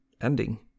ending